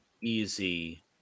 easy